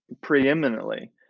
preeminently